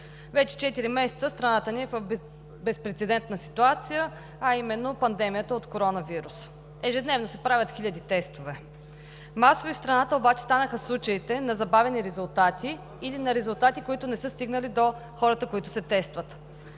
четири месеца страната ни е в безпрецедентна ситуация, а именно пандемията от коронавирус. Ежедневно се правят хиляди тестове. Масови в страната обаче станаха случаите на забавени резултати или на резултати, които не са стигнали до хората, които се тестват.